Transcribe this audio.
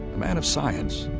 man of science,